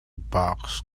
box